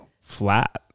flat